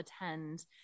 attend